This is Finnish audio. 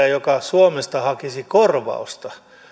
joka suomesta hakisi korvausta